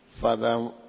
Father